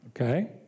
Okay